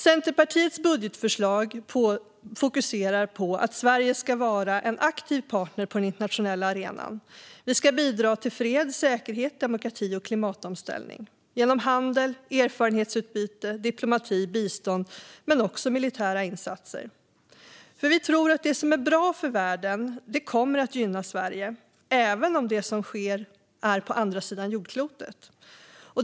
Centerpartiets budgetförslag fokuserar på att Sverige ska vara en aktiv partner på den internationella arenan. Vi ska bidra till fred, säkerhet, demokrati och klimatomställning genom handel, erfarenhetsutbyte, diplomati och bistånd men också genom militära insatser. För vi tror att det som är bra för världen kommer att gynna Sverige, även om det sker på andra sidan jordklotet.